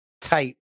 type